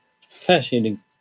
Fascinating